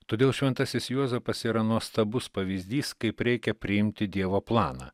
todėl šventasis juozapas yra nuostabus pavyzdys kaip reikia priimti dievo planą